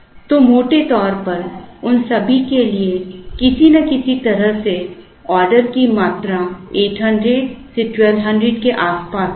तो मोटे तौर पर उन सभी के लिए किसी न किसी तरह से ऑर्डर की मात्रा 800 से 1200 के आसपास होगी